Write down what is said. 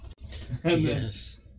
Yes